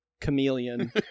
Chameleon